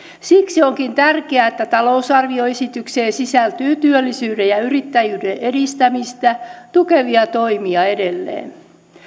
siksi onkin tärkeää että talousarvioesitykseen sisältyy työllisyyden ja yrittäjyyden edistämistä tukevia toimia edelleen